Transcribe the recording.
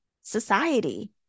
society